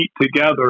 together